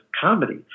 comedy